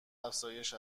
افزایش